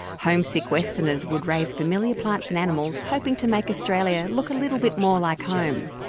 homesick westerners would raise familiar plants and animals hoping to make australia look a little bit more like home.